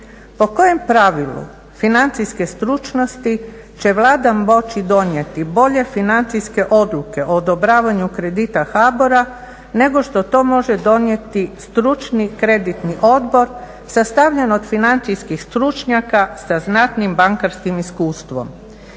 Po kojem pravilu financijske stručnosti će Vlada moći donijeti bolje financijske odluke o odobravanju kredita HBOR-a nego što to može donijeti stručni kreditni odbor sastavljen od financijskih stručnjaka sa znatnim bankarskim iskustvom.